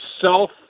self